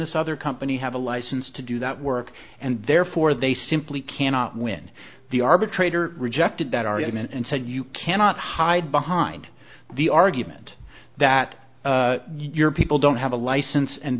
this other company have a license to do that work and therefore they simply cannot when the arbitrator rejected that argument and said you cannot hide behind the argument that your people don't have a license and